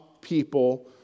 people